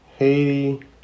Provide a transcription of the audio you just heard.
Haiti